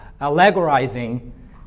allegorizing